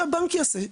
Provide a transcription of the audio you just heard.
שהבנק יעשה.